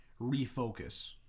refocus